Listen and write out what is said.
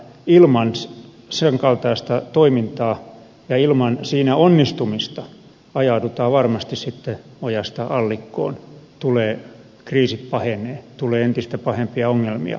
ilman sen kaltaista toimintaa ja ilman siinä onnistumista ajaudutaan varmasti ojasta allikkoon kriisi pahenee tulee entistä pahempia ongelmia